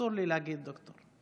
אסור לי להגיד דוקטור.